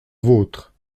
vôtre